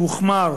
שהוחמר